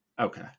Okay